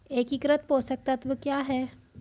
एकीकृत पोषक तत्व क्या है?